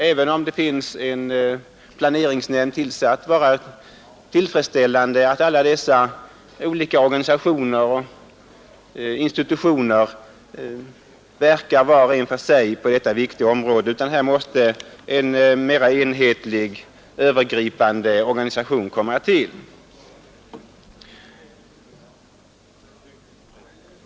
Även om en planeringsnämnd är tillsatt, kan det inte vara tillfredsställande att alla dessa olika organisationer och institutioner verkar var och en för sig på detta viktiga område. Här måste en mera enhetlig, övergripande organisation komma till.